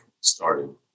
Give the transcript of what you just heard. started